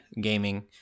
Gaming